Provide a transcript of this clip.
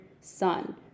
sun